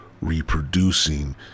reproducing